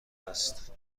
است